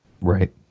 Right